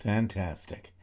Fantastic